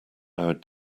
our